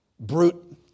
Brute